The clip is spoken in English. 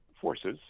forces